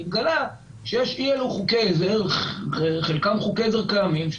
התגלה שיש אי אלו חוקי עזר חלקם חוקי עזר קיימים,